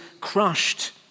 crushed